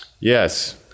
Yes